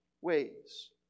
ways